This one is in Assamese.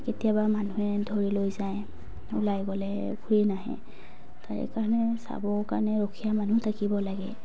কেতিয়াবা মানুহে ধৰি লৈ যায় ওলাই গ'লে ঘূৰি নাহে তাৰেকাৰণে চাব কাৰণে ৰখীয়া মানুহ থাকিব লাগে